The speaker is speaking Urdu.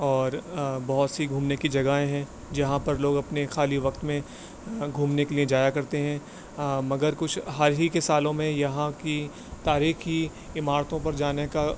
اور بہت سی گھومنے کی جگہیں ہیں جہاں پر لوگ اپنے خالی وقت میں گھومنے کے لیے جایا کرتے ہیں مگر کچھ حال ہی کے سالوں میں یہاں کی تاریخی عمارتوں پر جانے کا